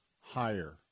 higher